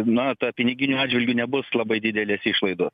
na ta piniginiu atžvilgiu nebus labai didelės išlaidos